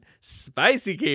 spicy